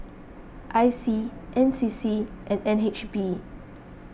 I C N C C and N H B